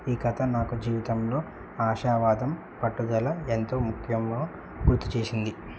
ఈ కథ నాకు జీవితంలో ఆశయవాదం పట్టుదల ఎంతో ముఖ్యమో గుర్తు చేేసింది